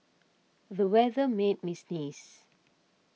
the weather made me sneeze